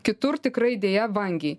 kitur tikrai deja vangiai